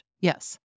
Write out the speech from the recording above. Yes